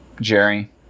Jerry